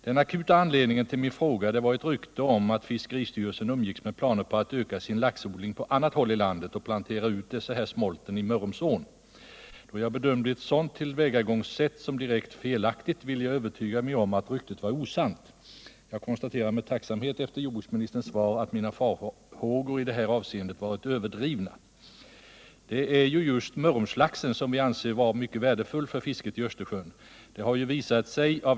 Den akuta anledningen till min fråga var ett rykte om att fiskeristyrelsen umgicks med planer på att öka sin laxodling på annat håll i landet och plantera ut dessa smolt i Mörrumsån. Då jag bedömde ett sådant tillvägagångssätt som direkt felaktigt ville jag övertyga mig om att ryktet var osant. Jag konstaterar efter jordbruksministerns svar med tacksamhet att mina farhågor i detta avseende varit överdrivna. Det är just Mörrumslaxen som vi anser vara mycket värdefull för fisket i Östersjön.